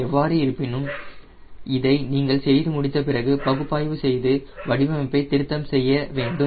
எவ்வாறு இருப்பினும் இதை நீங்கள் செய்து முடித்த பிறகு பகுப்பாய்வு செய்து வடிவமைப்பை திருத்தம் செய்ய வேண்டும்